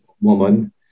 woman